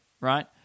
right